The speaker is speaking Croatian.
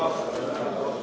Hvala